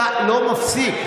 אתה לא מפסיק.